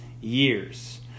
years